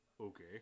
okay